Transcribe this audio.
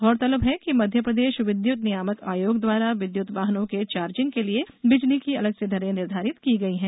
गौरतलब है कि मध्यप्रदेश विद्युत नियामक आयोग द्वारा विद्युत वाहनों के चार्जिंग के लिये बिजली की अलग से दरें निर्धारित की गई हैं